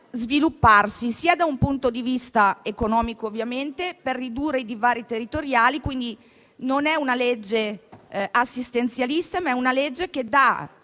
per svilupparsi da un punto di vista economico al fine ridurre i divari territoriali. Non è una legge assistenzialista, ma è una legge che dà